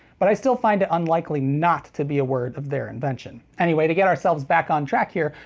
but i still find it unlikely not to be a word of their invention. anyway to get ourselves back on track here,